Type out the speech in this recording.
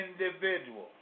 individual